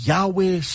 Yahweh